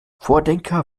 vordenker